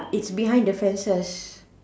it's behind the fences